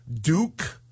Duke